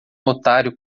otário